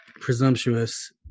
presumptuous